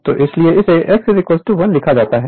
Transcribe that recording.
तो इसीलिए इसे x 1 लिखा जाता है